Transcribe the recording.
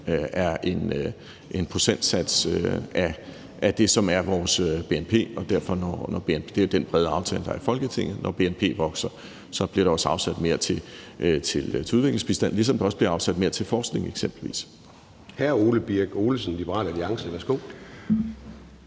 er en procentsats af det, som er vores bnp, og det er jo den brede aftale, der er i Folketinget: Når bnp vokser, bliver der også afsat mere til udviklingsbistand, ligesom der også bliver afsat mere til eksempelvis